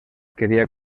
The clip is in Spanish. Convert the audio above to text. quería